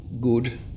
good